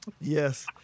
yes